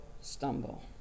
stumble